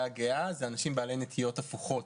הגאה אלה אנשים בעלי נטיות הפוכות.